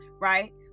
right